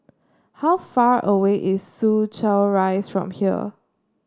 how far away is Soo Chow Rise from here